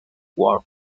world